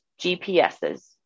GPSs